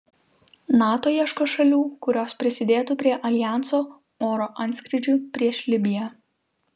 nato ieško šalių kurios prisidėtų prie aljanso oro antskrydžių prieš libiją